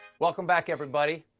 welcome back, everybody.